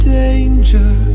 danger